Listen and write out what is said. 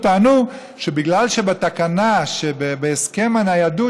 טענו שבגלל שבתקנה שבהסכם הניידות,